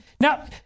Now